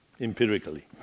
empirically